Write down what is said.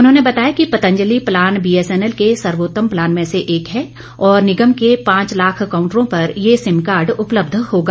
उन्होंने बताया कि पतंजलि प्लान बीएसएनएल के सर्वोतम प्लान में से एक है और निगम के पांच लाख कांउटरों पर ये सिम कार्ड उपलब्ध होगा